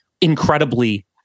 incredibly